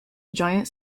giant